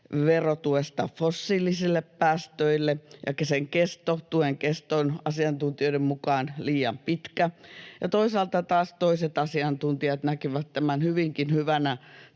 verotuesta fossiilisille päästöille ja sen tuen kesto on asiantuntijoiden mukaan liian pitkä. Toisaalta taas toiset asiantuntijat näkivät tämän hyvinkin hyvänä,